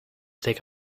take